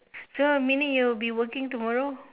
so meaning you will be working tomorrow